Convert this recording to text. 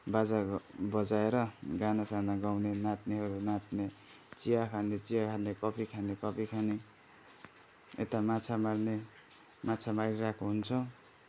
बाजा बजाएर गाना साना गाउने नाच्नेहरू नाच्ने चिया खाने चिया खाने कफी खाने कफी खाने यता माछा मार्ने माछा मारिरहेको हुन्छ